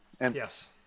Yes